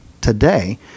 today